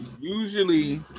usually